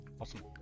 awesome